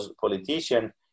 politician